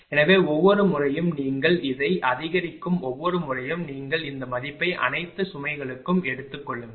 எனவே ஒவ்வொரு முறையும் நீங்கள் இதை அதிகரிக்கும் ஒவ்வொரு முறையும் நீங்கள் இந்த மதிப்பை அனைத்து சுமைகளுக்கும் எடுத்துக் கொள்ளுங்கள்